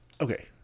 okay